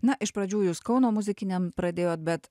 na iš pradžių jūs kauno muzikiniam pradėjot bet